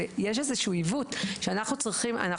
יש איזה שהוא עיוות שאנחנו צריכים לדבר עליו,